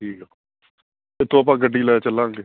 ਠੀਕ ਆ ਉੱਥੋਂ ਆਪਾਂ ਗੱਡੀ ਲੈ ਚੱਲਾਂਗੇ